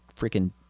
freaking